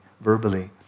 verbally